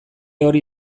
hori